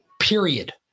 Period